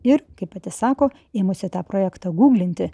ir kaip pati sako ėmusi tą projektą gūglinti